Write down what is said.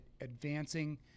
advancing